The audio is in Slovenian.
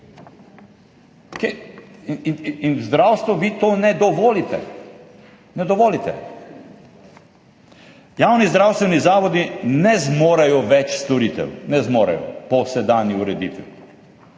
In v zdravstvu vi tega ne dovolite. Ne dovolite. Javni zdravstveni zavodi ne zmorejo več storitev, ne zmorejo po sedanji ureditvi.